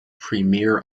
premier